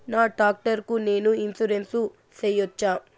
నా టాక్టర్ కు నేను ఇన్సూరెన్సు సేయొచ్చా?